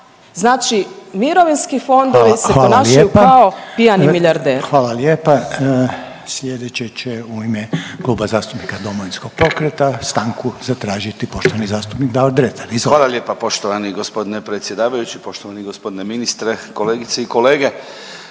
Znači mirovinski fondovi se ponašaju kao pijani milijarderi. **Reiner, Željko (HDZ)** Hvala lijepa. Sljedeće će u ime Kluba zastupnika Domovinskog pokreta stanku zatražiti poštovani zastupnik Davor Dretar. Izvolite. **Dretar, Davor (DP)** Hvala lijepa poštovani gospodine predsjedavajući, poštovani gospodine ministre, kolegice i kolege.